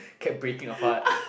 kept breaking apart